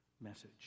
message